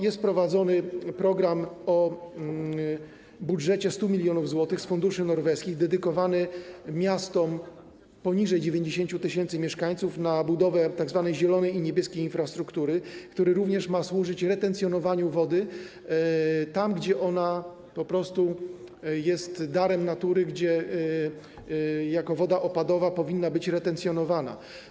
Jest prowadzony program o budżecie 100 mln zł z funduszy norweskich dedykowany miastom poniżej 90 tys. mieszkańców na budowę tzw. zielonej i niebieskiej infrastruktury, który również ma służyć retencjonowaniu wody tam, gdzie ona po prostu jest darem natury, gdzie jako woda opadowa powinna być retencjonowana.